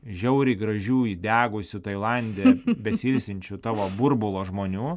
žiauriai gražių įdegusių tailande besiilsinčių tavo burbulo žmonių